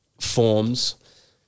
forms